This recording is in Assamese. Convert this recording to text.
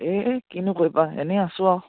এই কিনো কৰিবা এনেই আছোঁ আৰু